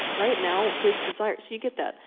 right now his desire. so you get that?